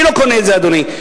אני לא קונה את זה, אדוני.